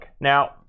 Now